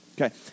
Okay